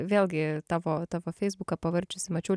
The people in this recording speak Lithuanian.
vėlgi tavo tavo feisbuką pavarčiusi mačiau